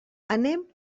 anem